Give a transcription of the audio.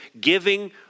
giving